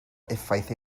effaith